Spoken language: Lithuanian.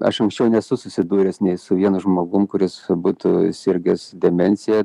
aš anksčiau nesu susidūręs nei su vienu žmogum kuris būtų sirgęs demencija